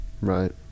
right